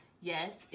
yes